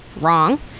Wrong